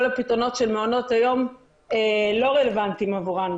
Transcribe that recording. כל הפתרונות של מעונות היום לא רלבנטיים עבורן,